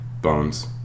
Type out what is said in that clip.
bones